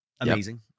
amazing